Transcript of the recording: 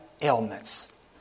ailments